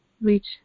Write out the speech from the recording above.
reach